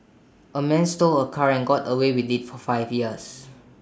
A man stole A car and got away with IT for five years